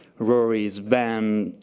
rory, sven,